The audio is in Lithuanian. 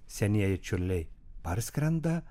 senieji čiurliai parskrenda